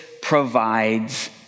provides